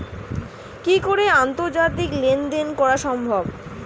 কি করে আন্তর্জাতিক লেনদেন করা সম্ভব?